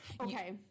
Okay